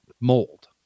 mold